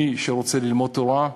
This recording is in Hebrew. מי שרוצה ללמוד תורה,